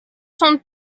sont